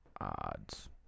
odds